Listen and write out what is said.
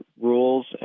rules